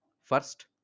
First